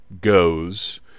goes